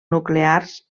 nuclears